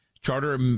Charter